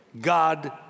God